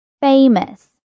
Famous